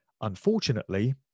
unfortunately